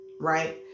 Right